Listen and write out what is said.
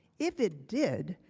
if it did,